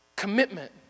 Commitment